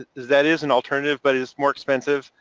that is an alternative, but it's more expensive,